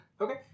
Okay